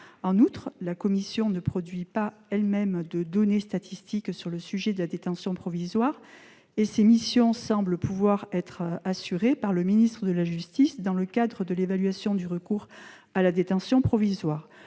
En outre, la commission en question ne produisait pas elle-même de données statistiques sur la détention provisoire, et ses missions semblent pouvoir être assurées par le ministère de la justice, dans le cadre de l'évaluation du recours à la détention provisoire.